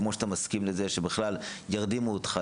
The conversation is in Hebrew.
כמו שאתה מסכים לזה שבכלל ירדימו אותך,